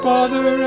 Father